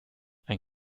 ein